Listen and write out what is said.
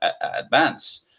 advance